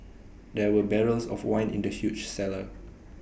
there were barrels of wine in the huge cellar